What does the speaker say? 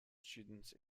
students